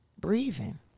breathing